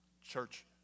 Church